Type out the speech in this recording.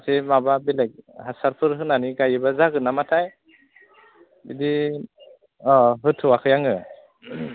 एसे माबा बिलाइ हासारफोर होनानै गायोब्ला जागोन नामाथाय बिदि होथ'आखै आङो